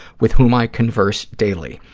with whom i converse daily.